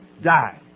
die